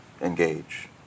engage